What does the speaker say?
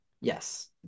Yes